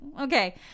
Okay